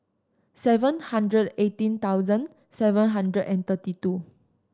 seven hundred eighteen thousand seven hundred and thirty two